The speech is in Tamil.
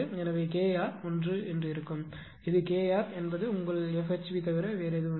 எனவே K r 1 ஆக இருக்கும் இது K r என்பது உங்கள் F HP தவிர வேறில்லை